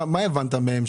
מה הבנת מהם,